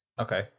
Okay